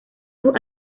sus